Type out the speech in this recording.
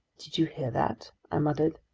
did you hear that? i muttered.